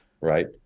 right